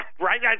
right